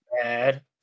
Bad